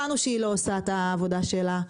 הבנו שהיא לא עושה את העבודה שלה.